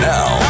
Now